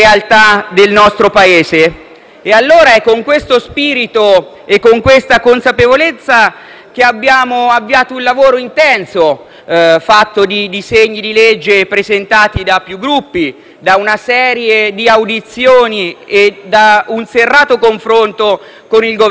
È allora con questo spirito e con questa consapevolezza che abbiamo avviato un lavoro intenso, fatto di disegni di legge presentati da più Gruppi, da una serie di audizioni e da un serrato confronto con il Governo. Tale percorso